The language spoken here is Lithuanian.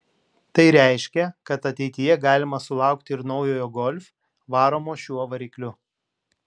tai reiškia kad ateityje galima sulaukti ir naujojo golf varomo šiuo varikliu